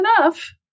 enough